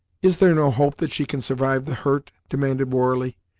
is there no hope that she can survive the hurt? demanded warley,